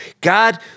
God